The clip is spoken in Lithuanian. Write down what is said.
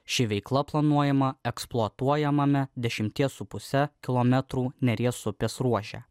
ši veikla planuojama eksploatuojamame dešimties su puse kilometrų neries upės ruože